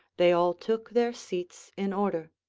they all took their seats in order.